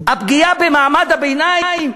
הפגיעה במעמד הביניים,